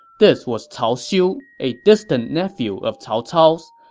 this was cao xiu, a distant nephew of cao cao's.